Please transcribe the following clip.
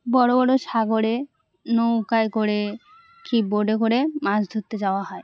বড় বড় সাগরে নৌকায় করে কি বোটে করে মাছ ধরতে যাওয়া হয়